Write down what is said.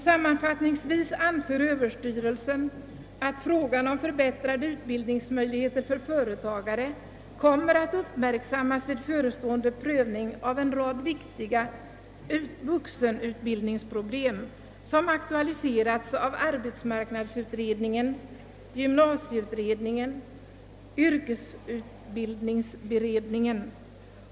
Sammanfattningsvis anför överstyrelsen, att frågan om förbättrade utbildningsmöjligheter för företagare kommer att uppmärksammas vid förestående prövning av en rad viktiga vuxenutbildningsproblem, aktualiserade av bl.a. arbetsmarknadsutredningen, gymnasieutredningen och yrkesutbildningsutredningen.